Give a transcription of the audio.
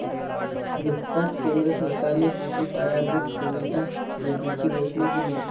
नुकताच केंद्र सरकारने कृषी पायाभूत सुविधा निधीची घोषणा केली